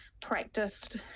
practiced